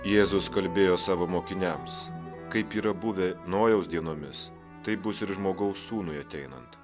jėzus kalbėjo savo mokiniams kaip yra buvę nojaus dienomis taip bus ir žmogaus sūnui ateinant